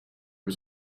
was